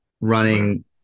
running